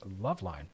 Loveline